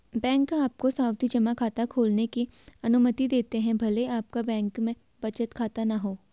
bank आपको सावधि जमा खाता खोलने की अनुमति देते हैं भले आपका बैंक में बचत खाता न हो